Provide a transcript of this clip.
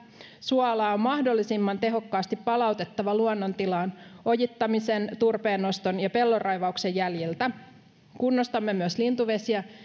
suoala on mahdollisimman tehokkaasti palautettava luonnontilaan ojittamisen turpeennoston ja pellonraivauksen jäljiltä sekä kunnostamme lintuvesiä